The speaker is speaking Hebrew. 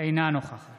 אינה נוכחת